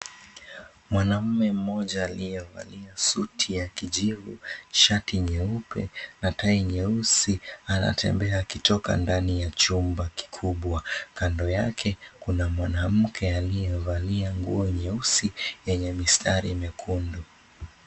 mwanaume mmoja aliye valia suti ya kijivu shati nyeupe na tai nyeusi anatembea akiitoka kwenye chumba kikubwa kando yake kuna mwanamke aliye valia nguo nyeusi yenye mistari mekundu.